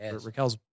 Raquel's